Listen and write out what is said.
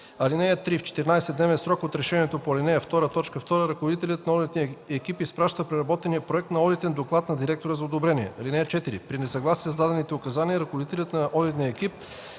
(3) В 14-дневен срок от решението по ал. 2, т. 2 ръководителят на одитния екип изпраща преработения проект на одитен доклад на директора за одобрение. (4) При несъгласие с дадените указания ръководителят на одитния екип